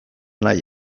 nahi